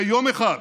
ביום אחד,